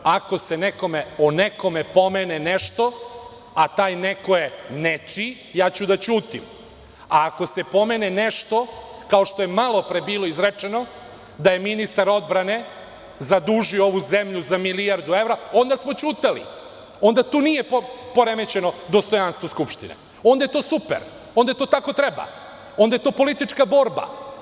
Ako se o nekom pomene nešto, a taj neko je nečiji, ja ću da ćutim, a ako se pomene nešto kao što je malopre bilo izrečeno da je ministar odbrane zadužio ovu zemlju za milijardu evra, onda smo ćutali, onda tu nije poremećeno dostojanstvo Skupštine, onda je to super i onda to tako treba i onda je to politička borba.